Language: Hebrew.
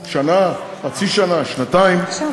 בבקשה.